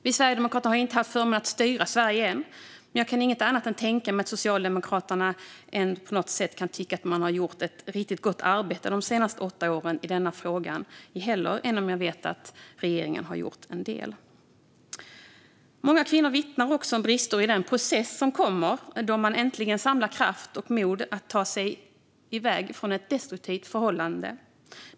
Vi sverigedemokrater har inte haft förmånen att styra Sverige än, men jag kan inte tänka mig att Socialdemokraterna på något sätt kan tycka att de har gjort ett riktigt gott arbete de senaste åtta åren i denna fråga - heller - även om jag vet att regeringen har gjort en del. Många kvinnor vittnar också om brister i den process som kommer då man äntligen samlat kraft och mod att ta sig ur ett destruktivt förhållande.